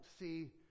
see